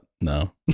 No